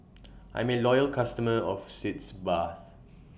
I'm A Loyal customer of Sitz Bath